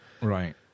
Right